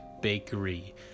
bakery